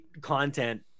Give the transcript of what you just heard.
content